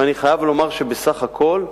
אני חייב לומר שבסך הכול התגובות,